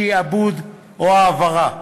שעבוד או העברה.